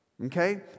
Okay